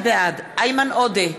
בעד איימן עודה,